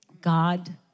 God